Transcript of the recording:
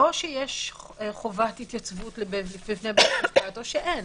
או יש חובת התייצבות בפני בית משפט, או אין.